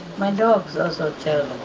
my dogs also tell